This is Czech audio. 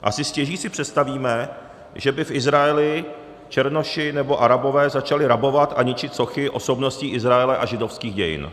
Asi stěží si představíme, že by v Izraeli černoši nebo Arabové začali rabovat a ničit sochy osobností Izraele a židovských dějin.